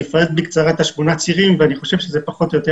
אני אפרט בקצרה את שמונת הצירים ואני חושב שזה פחות או יותר